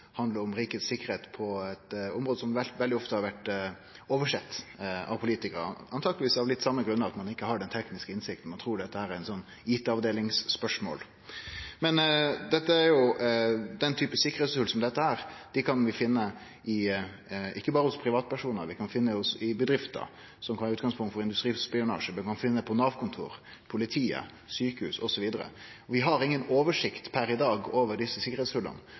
handlar om rikets sikkerheit på eit område som veldig ofte har vore oversett av politikarane, antakeleg av same grunn, at ein ikkje har den tekniske innsikta – ein trur dette er eit IT-avdelingsspørsmål. Sikkerheitshol som dette kan vi finne ikkje berre hos privatpersonar. Vi kan finne det i bedrifter, som da kan vere utgangspunkt for industrispionasje, vi kan finne det på Nav-kontor, hos politiet, på sjukehus osv. Vi har ingen oversikt per i dag over desse